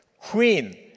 queen